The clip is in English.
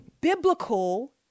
biblical